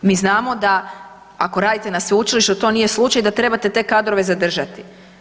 Mi znamo da ako radite na sveučilištu da to nije slučaj i da trebate te kadrova zadržati.